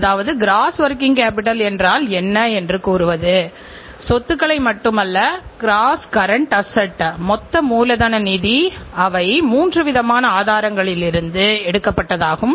இதை price sensitive வாடிக்கையாளர்கள் என்று நீங்கள் அழைக்கலாம்